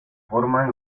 forman